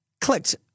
clicked